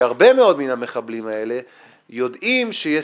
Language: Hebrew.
שהרבה מאוד מן המחבלים האלה יודעים שיש